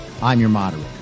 imyourmoderator